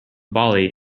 bali